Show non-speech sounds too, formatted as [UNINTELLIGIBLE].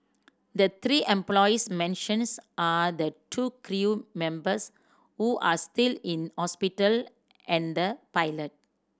the three employees mentions are the two crew members who are still in hospital and the [UNINTELLIGIBLE]